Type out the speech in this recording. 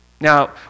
Now